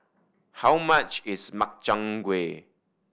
how much is Makchang Gui